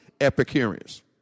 Epicureans